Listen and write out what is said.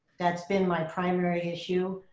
that's been my primary issue.